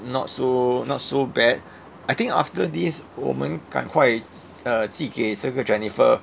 not so not so bad I think after this 我们赶快 uh 寄给这个 jennifer